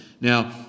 Now